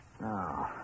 No